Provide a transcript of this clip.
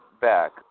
back